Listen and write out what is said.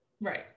Right